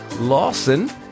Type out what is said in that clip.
Lawson